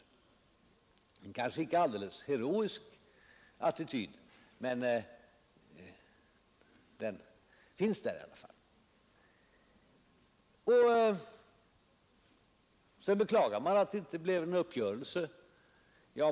Det är en kanske icke helt heroisk attityd, men den finns där i alla fall. Sedan beklagar man att det inte blev en uppgörelse.